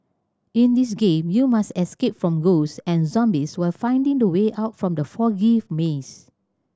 in this game you must escape from ghosts and zombies while finding the way out from the foggy maze